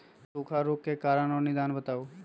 सूखा रोग के कारण और निदान बताऊ?